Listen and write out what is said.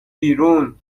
بیرون